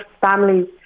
families